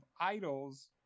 Idols